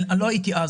אני לא הייתי אז,